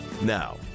Now